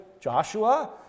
Joshua